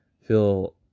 feel